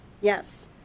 yes